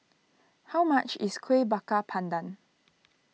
how much is Kueh Bakar Pandan